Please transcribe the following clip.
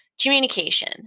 Communication